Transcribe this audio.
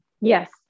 Yes